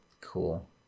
Cool